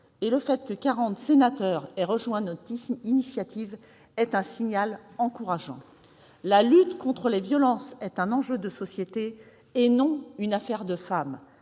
! Le fait que quarante sénateurs aient rejoint notre initiative est un signal encourageant. La lutte contre les violences est un enjeu de société et non une affaire de femmes.